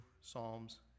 psalms